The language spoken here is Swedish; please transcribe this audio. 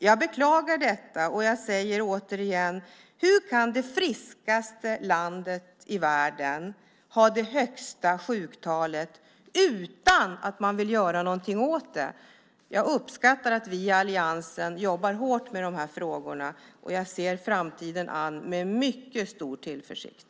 Jag beklagar detta, och jag säger återigen: Hur kan det friskaste landet i världen ha det högsta sjuktalet utan att man vill göra någonting åt det? Jag uppskattar att vi i alliansen jobbar hårt med de här frågorna, och jag ser framtiden an med mycket stor tillförsikt.